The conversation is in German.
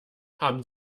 haben